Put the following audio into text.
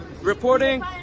Reporting